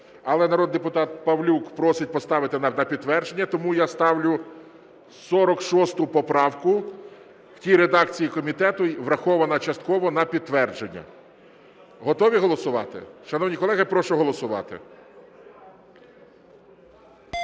але народний депутат Павлюк просить поставити на підтвердження. Тому я ставлю 46 поправку в тій редакції комітету "врахована частково" на підтвердження. Готові голосувати? Шановні колеги, прошу голосувати.